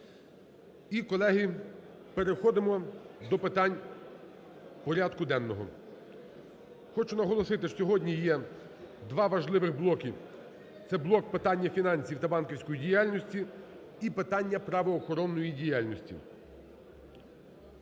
І, колеги, переходимо до питань порядку денного. Хочу наголосити, що сьогодні є два важливих блоки: це блок питання фінансів та банківської діяльності і питання правоохоронної діяльності.